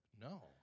No